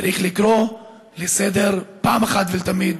צריך לקרוא לסדר פעם אחת ולתמיד: